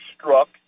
struck